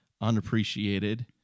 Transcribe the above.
unappreciated